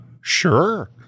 sure